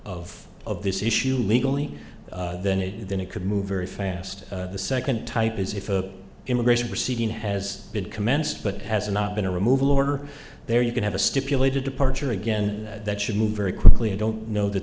of of this issue legally then it then it could move very fast the second type is if the immigration proceeding has been commenced but has not been a removal order there you can have a stipulated departure again that should move very quickly i don't know that